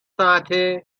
ساعته